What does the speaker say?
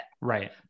right